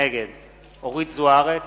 נגד אורית זוארץ,